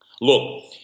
look